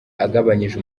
agabanyije